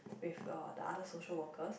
with uh the other social workers